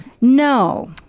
No